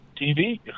TV